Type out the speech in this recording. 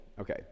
Okay